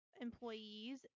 employees